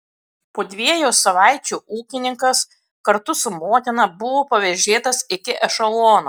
po dviejų savaičių ūkininkas kartu su motina buvo pavėžėtas iki ešelono